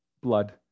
blood